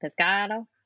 Pescado